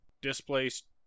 displaced